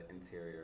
interior